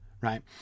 right